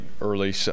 early